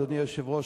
אדוני היושב-ראש,